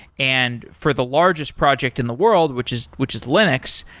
and for the largest project in the world, which is which is linux,